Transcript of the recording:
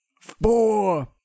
Four